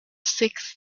sixth